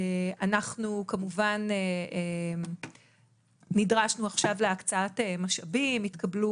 אנחנו כמובן נדרשנו עכשיו להקצאת משאבים,